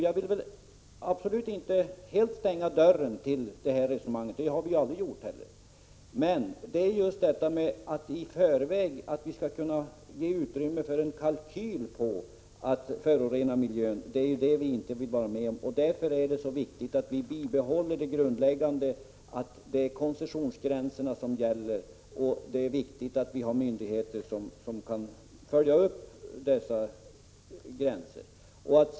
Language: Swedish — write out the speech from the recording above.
Jag vill absolut inte helt stänga dörren för det resonemanget, och det har vi aldrig gjort heller. Men att ge utrymme för att i förväg upprätta en kalkyl över vad det skulle kosta att förorena miljön vill vi inte vara med om. Därför är det så viktigt att behålla det grundläggande, att koncessionsgränserna skall gälla och att det finns myndigheter som kan följa upp hur dessa gränser efterlevs.